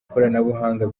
ikoranabuhanga